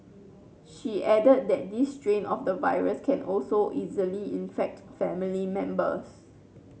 she added that this strain of the virus can also easily infect family members